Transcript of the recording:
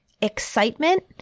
excitement